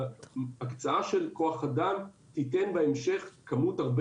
ההקצאה של כוח אדם תתן בהמשך כמות הרבה